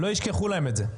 לא ישכחו להם את זה,